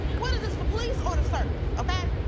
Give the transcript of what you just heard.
what is this? for police or the circus? okay,